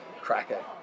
cracker